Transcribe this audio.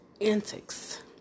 antics